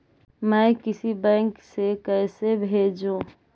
मैं किसी बैंक से कैसे भेजेऊ